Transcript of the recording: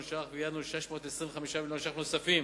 ש"ח וייעדנו 625 מיליון ש"ח נוספים